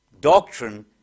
Doctrine